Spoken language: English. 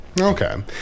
Okay